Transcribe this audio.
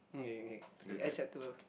acceptable